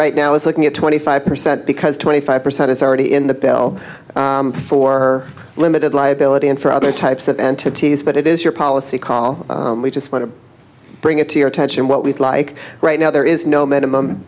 right now is looking at twenty five percent because twenty five percent is already in the bill for limited liability and for other types of entities but it is your policy call we just want to bring it to your attention what we'd like right now there is no